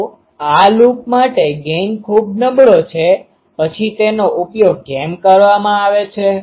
તો આ લૂપ માટે ગેઇન ખૂબ નબળો છે પછી તેનો ઉપયોગ કેમ કરવામાં આવે છે